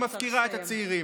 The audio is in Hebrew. שמפקירה את הצעירים.